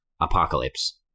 Apocalypse